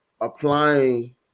applying